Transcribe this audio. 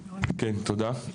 תודה.